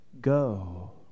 go